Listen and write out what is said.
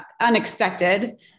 unexpected